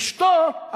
אשתו,